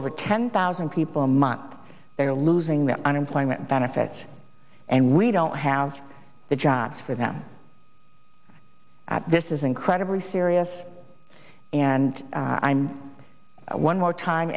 over ten thousand people a month they're losing their unemployment benefits and we don't have the jobs for them at this is incredibly serious and i'm one more time